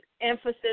emphasis